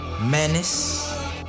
menace